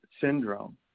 syndrome